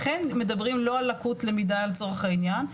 לכן מדברים לא על לקות למידה לצורך העניין,